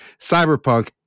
Cyberpunk